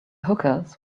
hookahs